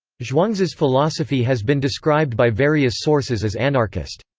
zhuangzi's philosophy has been described by various sources as anarchist.